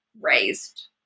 raised